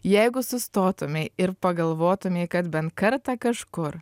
jeigu sustotumei ir pagalvotumei kad bent kartą kažkur